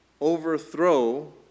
overthrow